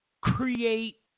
create